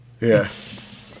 Yes